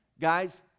Guys